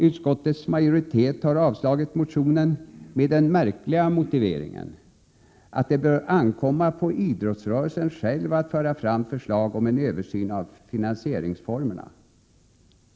Utskottets majoritet har avstyrkt motionen med den märkliga motiveringen att det bör ankomma på idrottsrörelsen själv att föra fram förslag om en översyn av finansieringsformerna.